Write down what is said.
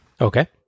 Okay